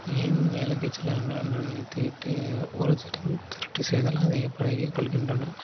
ஏன் வேலைக்கு செல்ல வேண்டுமென்று நினைத்து விட்டு ஒரு திரு திருட்டு செய்தல் அதே பழகிக்கொள்கின்றனர்